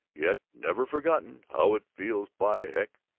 yet never forgotten how it feels, by heck,